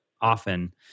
often